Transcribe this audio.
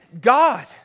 God